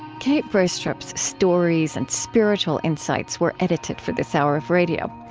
kate braestrup's stories and spiritual insights were edited for this hour of radio.